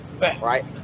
right